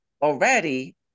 already